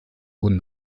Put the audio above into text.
wurden